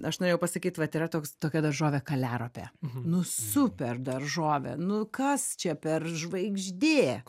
aš norėjau pasakyt kad yra toks tokia daržovė kaliaropė nu super daržovė nu kas čia per žvaigždė